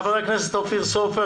חבר הכנסת אופיר סופר,